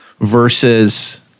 versus